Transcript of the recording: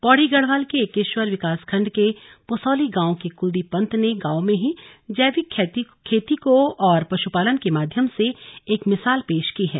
पौड़ी गढ़वाल के एकेश्वर विकासखण्ड के पुसोली गांव के कुलदीप पन्त ने गांव में ही जैविक खेती और पशुपालन के माध्यम से एक मिशाल पेश की है